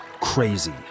crazy